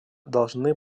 должны